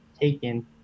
taken